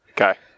Okay